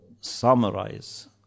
summarize